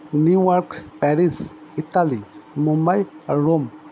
New York Paris Italy Mumbai আর Rome